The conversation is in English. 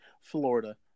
Florida